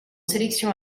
sélection